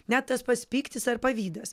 net tas pats pyktis ar pavydas